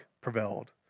prevailed